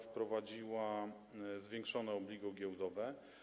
Wprowadziła ona zwiększone obligo giełdowe.